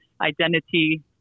identity